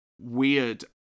weird